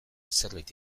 zerbait